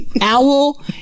Owl